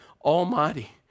Almighty